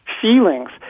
feelings